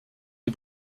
les